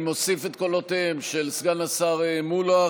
אני מוסיף את קולותיהם של סגן השר מולא,